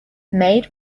maid